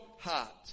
heart